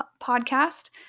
podcast